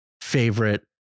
favorite